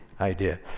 idea